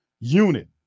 unit